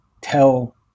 tell